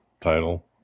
title